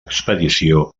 expedició